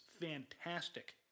fantastic